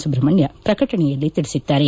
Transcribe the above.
ಸುಬ್ರಮಣ್ಯ ಪ್ರಕಟಣೆಯಲ್ಲಿ ತಿಳಿಸಿದ್ದಾರೆ